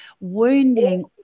wounding